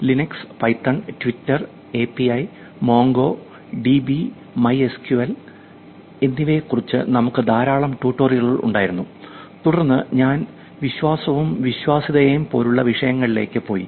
Linux Python Twitter API Mongo DB MySQL Linux Python Twitter API Mongo DB MySQL എന്നിവയെക്കുറിച്ച് നമുക്ക് ധാരാളം ട്യൂട്ടോറിയലുകൾ ഉണ്ടായിരുന്നു തുടർന്ന് ഞാൻ വിശ്വാസവും വിശ്വാസ്യതയും പോലുള്ള വിഷയങ്ങളിലേക്ക് പോയി